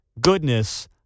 goodness